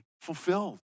fulfilled